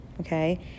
okay